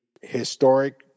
historic